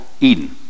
Eden